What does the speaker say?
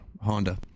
Honda